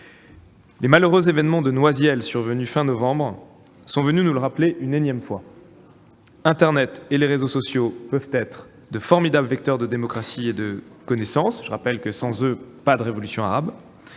Les malheureux événements de Noisiel survenus à la fin du mois de novembre nous l'ont rappelé une énième fois : internet et les réseaux sociaux peuvent être de formidables vecteurs de démocratie et de connaissance- sans eux, pas de révolutions arabes